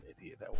idiot